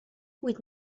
with